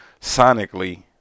sonically